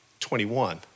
21